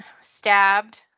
stabbed